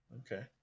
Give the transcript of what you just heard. Okay